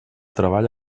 treball